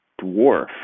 dwarf